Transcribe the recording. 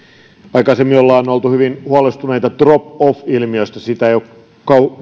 aikaisemmin ollaan oltu hyvin huolestuneita drop off ilmiöstä sitä ei ole